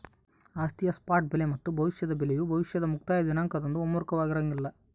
ಆಸ್ತಿಯ ಸ್ಪಾಟ್ ಬೆಲೆ ಮತ್ತು ಭವಿಷ್ಯದ ಬೆಲೆಯು ಭವಿಷ್ಯದ ಮುಕ್ತಾಯ ದಿನಾಂಕದಂದು ಒಮ್ಮುಖವಾಗಿರಂಗಿಲ್ಲ